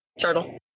turtle